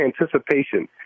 anticipation